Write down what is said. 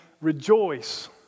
Rejoice